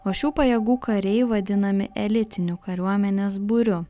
o šių pajėgų kariai vadinami elitiniu kariuomenės būriu